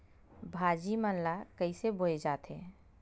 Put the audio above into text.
भाजी मन ला कइसे बोए जाथे?